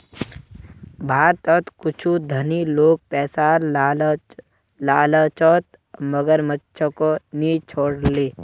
भारतत कुछू धनी लोग पैसार लालचत मगरमच्छको नि छोड ले